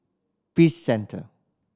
Peace Centre